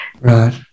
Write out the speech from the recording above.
Right